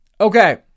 Okay